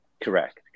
Correct